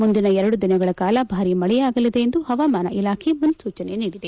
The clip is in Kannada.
ಮುಂದಿನ ಎರಡು ದಿನಗಳ ಕಾಲ ಭಾರೀ ಮಳೆಯಾಗಲಿದೆ ಎಂದು ಹವಾಮಾನ ಇಲಾಖೆ ಮುನ್ನೂಚನೆ ನೀಡಿದೆ